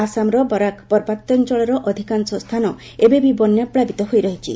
ଆସାମର ବରାକ୍ ପାର୍ବତ୍ୟାଞ୍ଚଳର ଅଧିକାଂଶ ସ୍ଥାନରେ ଏବେ ବି ବନ୍ୟା ପ୍ଲାବିତ ହୋଇରହିଛି